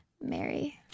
Mary